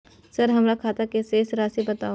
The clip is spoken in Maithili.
सर हमर खाता के शेस राशि बताउ?